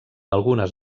algunes